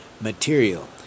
material